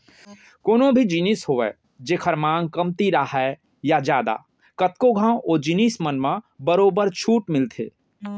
कोनो भी जिनिस होवय जेखर मांग कमती राहय या जादा कतको घंव ओ जिनिस मन म बरोबर छूट मिलथे